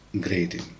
grading